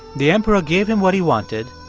the emperor gave him what he wanted,